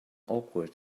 awkward